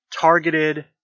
targeted